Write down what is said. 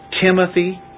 Timothy